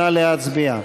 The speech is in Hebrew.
נא להצביע.